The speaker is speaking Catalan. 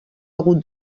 hagut